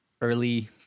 early